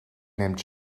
named